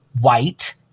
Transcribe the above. white